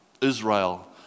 Israel